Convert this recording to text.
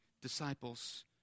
disciples